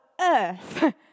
earth